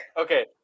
Okay